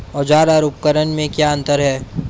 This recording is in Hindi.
औज़ार और उपकरण में क्या अंतर है?